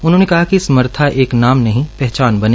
उन्होंने कहा कि समर्था एक नाम नहीं पहचान बने